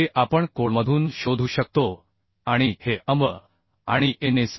जे आपण कोडमधून शोधू शकतो आणि हे Anb आणि Ansb